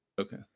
Okay